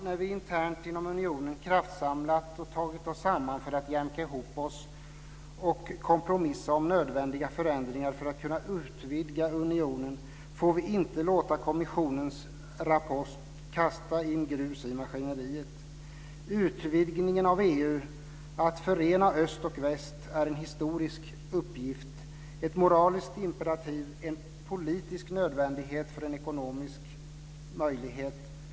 När vi internt inom unionen kraftsamlat oss och tagit oss samman för att jämka ihop oss och kompromissa om nödvändiga förändringar för att kunna utvidga unionen får vi inte låta kommissionens rapport kasta in grus i maskineriet. Utvidgningen av EU - att förena öst och väst - är en historisk uppgift, ett moraliskt imperativ, en politisk nödvändighet och en ekonomisk möjlighet.